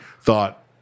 thought